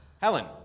Helen